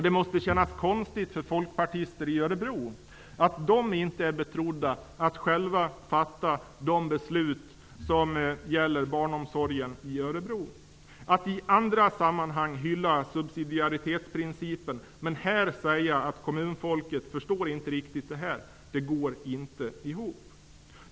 Det måste kännas konstigt för folkpartister i Örebro att de inte är betrodda att själva fatta de beslut som gäller barnomsorgen i Örebro. Att i andra sammanhang hylla subsidiaritetsprincipen men här säga att kommunfolket inte riktigt förstår detta går inte ihop.